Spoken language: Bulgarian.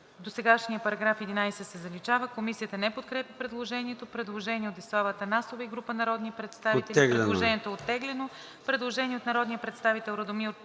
„Досегашният § 18 се заличава.“ Комисията не подкрепя предложението. Предложение от Десислава Атанасова и група народни представители. Предложението е оттеглено. Предложение на народния представител Радомир